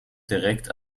direkt